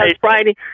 Friday